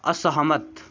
असहमत